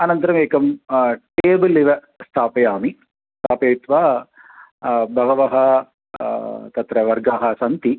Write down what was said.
अनन्तरमेकं table इव स्थापयामि स्थापयित्वा भवतः तत्र वर्गाः सन्ति